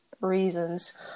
reasons